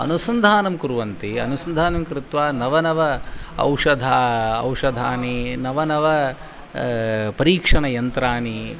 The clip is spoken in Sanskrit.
अनुसन्धानं कुर्वन्ति अनुसन्धानं कृत्वा नवनव औषधानि औषधानि नवनव परीक्षणयन्त्राणि